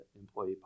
employee